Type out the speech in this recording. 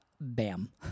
Bam